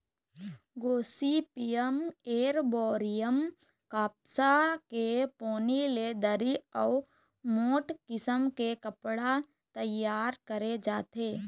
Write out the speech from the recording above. Gossypium arboreum कपसा के पोनी ले दरी अउ मोठ किसम के कपड़ा तइयार करे जाथे